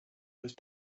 those